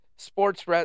Sports